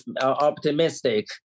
optimistic